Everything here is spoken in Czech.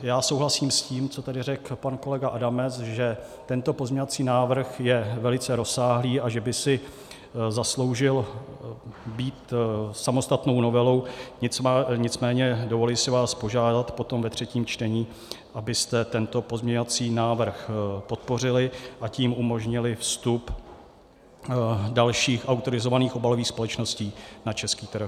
Já souhlasím s tím, co tady řekl pan kolega Adamec, že tento pozměňovací návrh je velice rozsáhlý a že by si zasloužil být samostatnou novelou, nicméně dovoluji si vás požádat potom ve třetím čtení, abyste tento pozměňovací návrh podpořili, a tím umožnili vstup dalších autorizovaných obalových společností na český trh.